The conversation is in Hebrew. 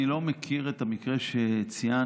אני לא מכיר את המקרה שציינת,